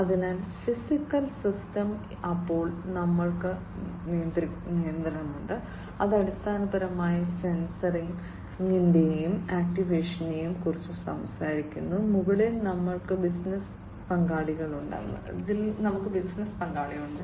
അതിനാൽ physical system അപ്പോൾ ഞങ്ങൾക്ക് നിയന്ത്രണമുണ്ട് അത് അടിസ്ഥാനപരമായി സെൻസിംഗിനെയും ആക്ചുവേഷനെയും കുറിച്ച് സംസാരിക്കുന്നു മുകളിൽ ഞങ്ങൾക്ക് ബിസിനസ്സ് പാളിയുണ്ട്